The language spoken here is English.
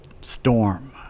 Storm